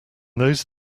those